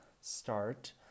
start